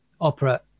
opera